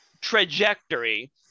trajectory